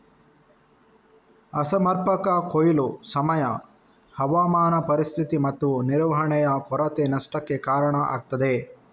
ಅಸಮರ್ಪಕ ಕೊಯ್ಲು, ಸಮಯ, ಹವಾಮಾನ ಪರಿಸ್ಥಿತಿ ಮತ್ತು ನಿರ್ವಹಣೆಯ ಕೊರತೆ ನಷ್ಟಕ್ಕೆ ಕಾರಣ ಆಗ್ತದೆ